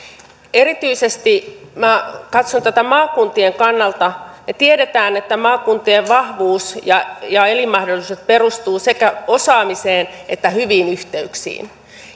erityisesti minä katson tätä maakuntien kannalta kun tiedetään että maakuntien vahvuus ja ja elinmahdollisuudet perustuvat sekä osaamiseen että hyviin yhteyksiin